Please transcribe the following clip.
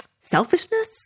selfishness